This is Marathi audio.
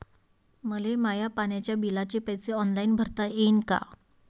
मले माया पाण्याच्या बिलाचे पैसे ऑनलाईन भरता येईन का?